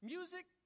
Music